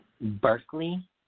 Berkeley